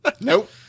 Nope